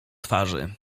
twarzy